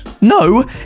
no